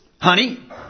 honey